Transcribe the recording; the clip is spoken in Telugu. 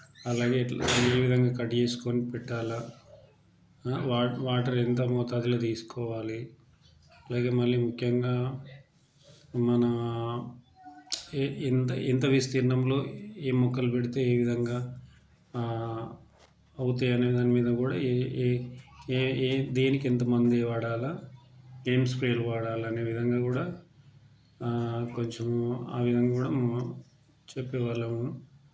అలాగే ఏ విధంగా కట్ చేసుకొని పెట్టాలి వాటర్ వాటర్ ఎంత మోతాదులో తీసుకోవాలి అలాగే మళ్ళీ ముఖ్యంగా మన ఏ ఎంత విస్తీర్ణంలో ఏ మొక్కలు పెడితే ఏ విధంగా అవుతాయి అనేదాని మీద కూడా ఏ ఏ ఏ ఏ దేనికి ఎంత మందు వాడాలి ఏం స్ప్రేలు వాడాలనే విధంగా కూడా కొంచము ఆ విధంగా కూడా మనము చెప్పే వాళ్ళము